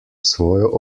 svojo